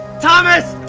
thomas!